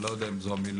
אני לא יודע אם זאת המילה